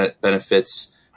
benefits